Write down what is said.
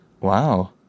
wow